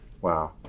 Wow